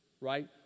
right